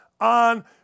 on